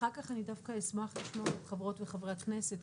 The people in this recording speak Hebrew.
אחר כך אני דווקא אשמח לשמוע את חברות וחברי הכנסת,